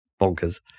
Bonkers